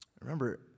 Remember